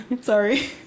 Sorry